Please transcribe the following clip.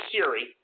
Siri